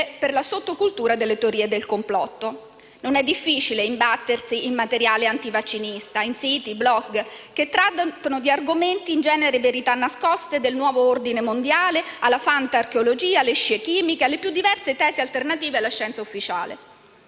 per la sottocultura delle teorie del complotto. Non è difficile imbattersi in materiale antivaccinista, in siti e in *blog* che trattano di argomenti del genere, dalle verità nascoste, al nuovo ordine mondiale, alla fanta archeologia, alle scie chimiche, alle più diverse tesi alternative alla scienza ufficiale.